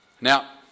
Now